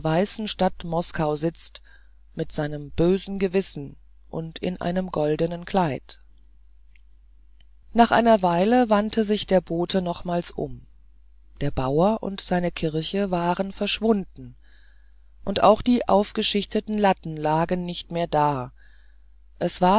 stadt moskau sitzt mit seinem bösen gewissen und in einem goldenen kleid nach einer weile reitens wandte sich der bote nochmals um der bauer und seine kirche waren verschwunden und auch die aufgeschichteten latten lagen nicht mehr da es war